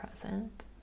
present